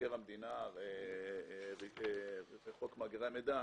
מבקר המדינה וחוק מאגרי מידע,